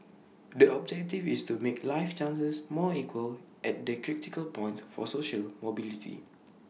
the objective is to make life chances more equal at the critical points for social mobility